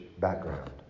background